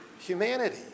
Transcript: humanity